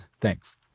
Thanks